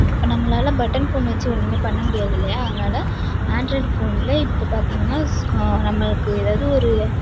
இப்போ நம்மளால் button phone வச்சு ஒன்றுமே பண்ணமுடியாது இல்லையா அதனால் ஆண்ட்ராய்டு ஃபோனில் இப்போ பார்த்திங்கனா நம்மளுக்கு ஏதாவது